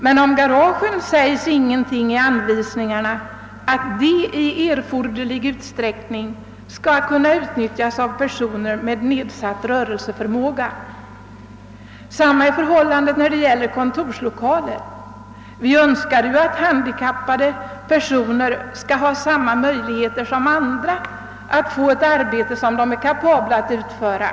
Men om garagen står det ingenting i ifrågavarande anvisningar — det stadgas inte att garagen i erforderlig utsträckning skall kunna utnyttjas av personer med nedsatt rörelseförmåga. ; Samma är förhållandet när det gäller kontorslokaler. Vi önskar ju att handikappade personer skall. ha samma möjligheter som andra att få ett arbete som de är kapabla att utföra.